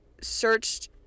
searched